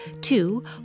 Two